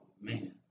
man